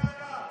אין בעיה.